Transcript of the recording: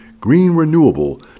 green-renewable